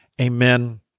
amen